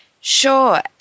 Sure